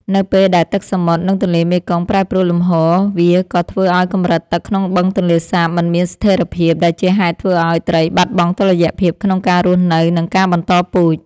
នៅពេលដែលទឹកសមុទ្រ និងទន្លេមេគង្គប្រែប្រួលលំហូរ វាក៏ធ្វើឱ្យកម្រិតទឹកក្នុងបឹងទន្លេសាបមិនមានស្ថិរភាព ដែលជាហេតុធ្វើឱ្យត្រីបាត់បង់តុល្យភាពក្នុងការរស់នៅ និងការបន្តពូជ។